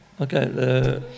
Okay